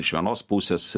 iš vienos pusės